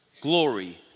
glory